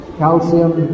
calcium